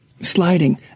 sliding